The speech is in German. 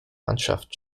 mannschaft